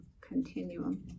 continuum